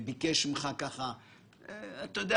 -- תקנות הפיקוח על שירותים פיננסיים (קופות גמל)(ועדת השקעות),